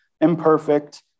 imperfect